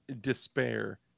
despair